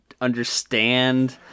understand